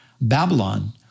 Babylon